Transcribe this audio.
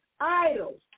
idols